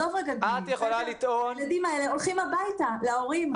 את יכולה לטעון --- הילדים האלה הולכים הביתה להורים,